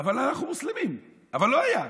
אנחנו מוסלמים, אבל לא היה,